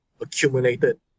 accumulated